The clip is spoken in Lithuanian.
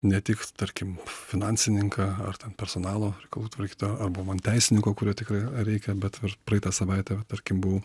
ne tik tarkim finansininką ar ten personalo reikalų tvarkytoją arba man teisininko kurio tikrai reikia bet ir praeitą savaitę tarkim buvau